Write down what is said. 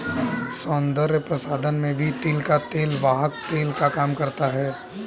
सौन्दर्य प्रसाधन में भी तिल का तेल वाहक तेल का काम करता है